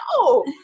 No